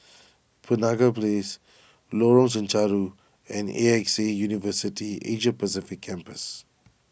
Penaga Place Lorong Chencharu and A X A University Asia Pacific Campus